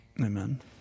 Amen